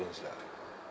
lah